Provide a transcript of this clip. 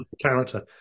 character